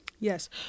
yes